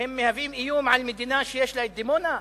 מהווים איום על מדינה שיש לה דימונה?